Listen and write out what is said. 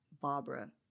Barbara